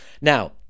now